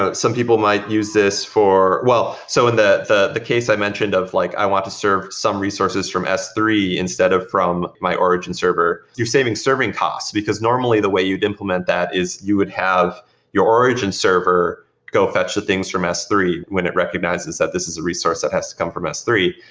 ah some people might use this for well, so in the the case i mentioned of like i want to serve some resources from s three instead of from my origin server, you're saving serving costs, because normally the way you'd implement that is you would have your origin server go fetch the things from s three when it recognizes that this is a resource that has to come from s three,